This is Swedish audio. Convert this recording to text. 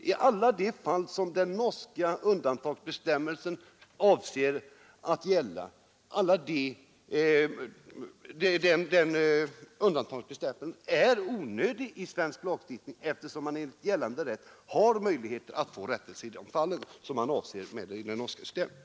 I alla de fall som den norska undantagsbestämmelsen avser är en sådan bestämmelse onödig i svensk lagstiftning, eftersom man enligt gällande rätt här har möjligheter att få rättelse i de fall som avses i det norska systemet.